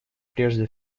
прежде